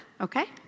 okay